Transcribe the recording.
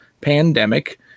pandemic